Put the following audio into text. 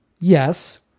yes